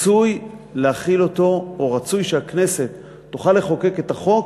רצוי שהכנסת תוכל לחוקק את החוק